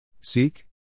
Seek